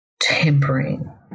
tempering